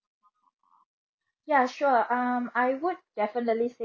ya sure um I would definitely say